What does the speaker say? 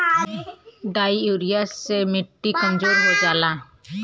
di urea से मट्टी कमजोर हो जाला